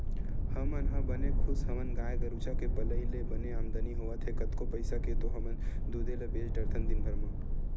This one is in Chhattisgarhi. हमन ह बने खुस हवन गाय गरुचा के पलई ले बने आमदानी होवत हे कतको पइसा के तो हमन दूदे ल बेंच डरथन दिनभर म